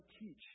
teach